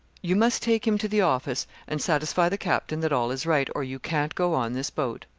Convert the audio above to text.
you must take him to the office and satisfy the captain that all is right, or you can't go on this boat.